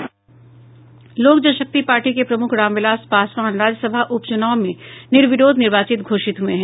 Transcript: लोक जनशक्ति पार्टी के प्रमुख रामविलास पासवान राज्य सभा उप चूनाव में निर्विरोध निर्वाचित घोषित हुए हैं